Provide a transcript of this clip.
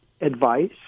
advice